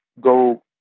go